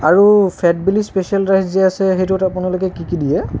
আৰু fat belly special rice যে আছে সেইটোত আপোনালোকে কি কি দিয়ে